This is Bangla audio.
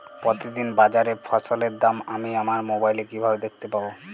প্রতিদিন বাজারে ফসলের দাম আমি আমার মোবাইলে কিভাবে দেখতে পাব?